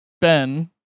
Ben